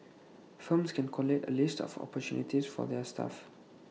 firms can collate A list of opportunities for their staff